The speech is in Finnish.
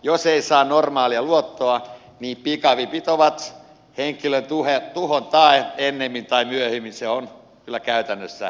jos ei saa normaalia luottoa pikavipit ovat henkilön tuhon tae ennemmin tai myöhemmin se on kyllä käytännössä nähty